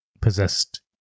possessed